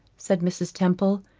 said mrs. temple.